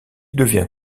devient